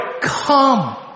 Come